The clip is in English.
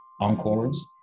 encores